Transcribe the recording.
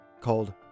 called